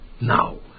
now